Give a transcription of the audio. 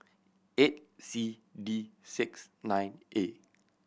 eight C D six nine A